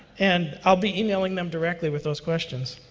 and i'll be emailing them directly with those questions.